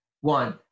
One